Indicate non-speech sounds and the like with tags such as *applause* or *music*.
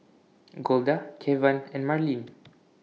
*noise* Golda Kevan and Marlene